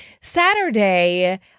Saturday